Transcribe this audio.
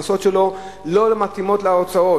ההכנסות שלו לא מתאימות להוצאות.